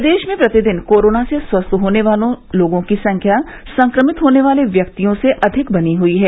प्रदेश में प्रतिदिन कोरोना से स्वस्थ होने वाले लोगों की संख्या संक्रमित होने वाले व्यक्तियों से अधिक बनी हुयी है